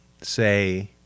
say